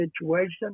situation